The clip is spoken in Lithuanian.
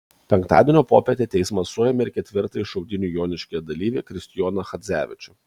penktadienio popietę teismas suėmė ir ketvirtąjį šaudynių joniškyje dalyvį kristijoną chadzevičių